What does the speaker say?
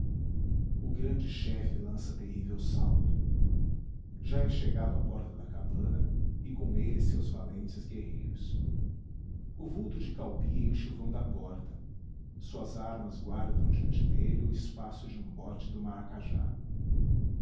o grande chefe lança terrível salto já é chegado à porta da cabana e com ele seus valentes guerreiros o vulto de caubi enche o vão da porta suas armas guardam diante dele o espaço de um bote do maracajá